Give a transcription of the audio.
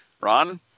Ron